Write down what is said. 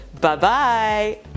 Bye-bye